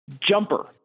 Jumper